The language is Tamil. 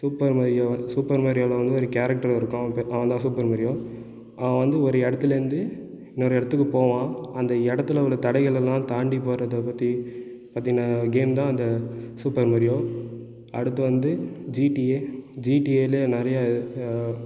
சூப்பர் மேரியோ சூப்பர் மேரியோவில் வந்து ஒரு கேரக்ட்டர் இருக்கும் அவன் பேர் அவன் தான் சூப்பர் மேரியோ அவன் வந்து ஒரு இடத்துலேருந்து இன்னொரு இடத்துக்கு போவான் அந்த இடத்தில் உள்ள தடைகளெலாம் தாண்டி போகிறத பற்றி அதில் கேம் தான் சூப்பர் மேரியோ அடுத்து வந்து ஜிடிஏ ஜிடிஏ ல நிறைய ம்ம்